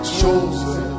chosen